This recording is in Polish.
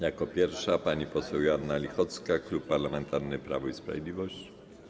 Jako pierwsza, pani poseł Joanna Lichocka, Klub Parlamentarny Prawo i Sprawiedliwość.